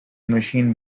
machine